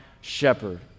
shepherd